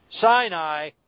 Sinai